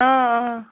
اۭں اۭں